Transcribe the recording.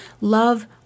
love